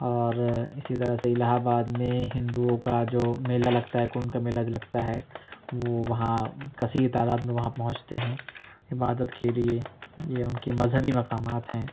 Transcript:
اور اسی طرح سے الٰہ آباد میں ہندؤں كا جو میلہ لگتا ہے کمبھ کا میلہ لگتا ہے وہ وہاں کثیر تعداد میں وہاں پہنچتے ہیں عبادت کے لیے یہ ان کے مذہبی مقامات ہیں